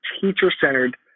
teacher-centered